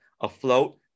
afloat